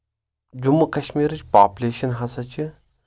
جموں کشمیٖرٕچ پاپلیشن ہسا چھِ